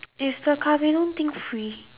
is the kabedon thing free